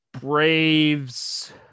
Braves